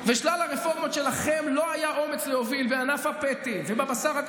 מי עשה דבר